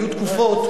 היו תקופות,